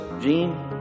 Gene